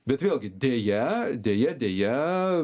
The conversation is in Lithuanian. bet vėlgi deja deja deja